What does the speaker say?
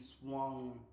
swung